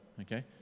Okay